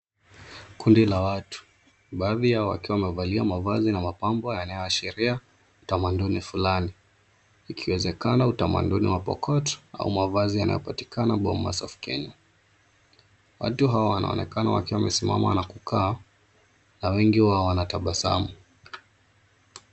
Kundi la watu, baadhi yao wakiwa wamevalia mavazi na mapambo yanayoashiria tamaduni fulani. Ikiwezekana utamaduni ni wa Pokot au mavazi yanayopatikana Bomas of Kenya. Watu hawa wanaonekana wakiwa wamesimama na kukaa na wengi wao wanatabasamu.